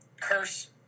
curse